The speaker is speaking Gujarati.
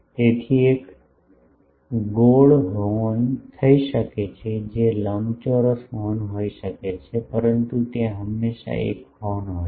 તેથી તે એક ગોળ હોર્ન હોઈ શકે છે જે લંબચોરસ હોર્ન હોઈ શકે છે પરંતુ ત્યાં હંમેશા એક હોર્ન હોય છે